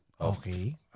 Okay